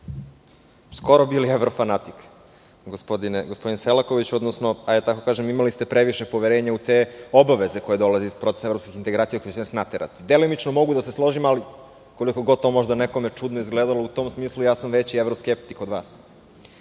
skoro bili evrofanatik, gospodine Selakoviću, hajde da tako kažem imali ste previše poverenja u te obaveze koje dolaze iz procesa evropskih integracija koje će nas naterati. Delimično mogu da se složim ali koliko god to možda nekome čudno izgledalo u tom smislu ja sam većievroskeptik od vas. Sami